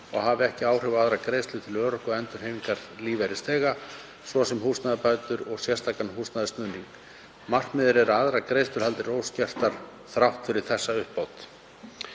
og hafi ekki áhrif á aðrar greiðslur til örorku- og endurhæfingarlífeyrisþega, svo sem húsnæðisbætur og sérstakan húsnæðisstuðning. Markmiðið er að aðrar greiðslur haldist óskertar þrátt fyrir þessa uppbót.